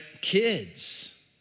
kids